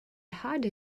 harder